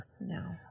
No